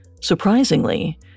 Surprisingly